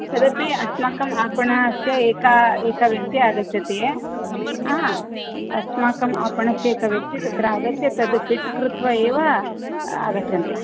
तदपि अस्माकं आपणस्य एका एकः व्यक्तिः आगच्छति अस्माकं आपणस्य एकः व्यक्ति तत्र आगत्य तद् फ़िट् कृत्वा एव आगच्छन्ति